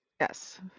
Yes